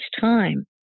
time